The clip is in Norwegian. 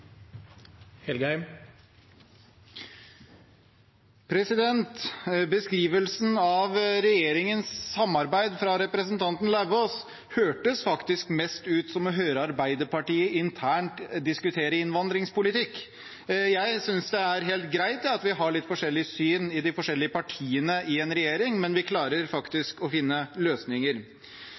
kvelden. Beskrivelsen av regjeringens samarbeid fra representanten Lauvås hørtes faktisk mest ut som å høre Arbeiderpartiet internt diskutere innvandringspolitikk. Jeg synes det er helt greit at vi har litt forskjellig syn i de forskjellige partiene i en regjering, men vi klarer faktisk å finne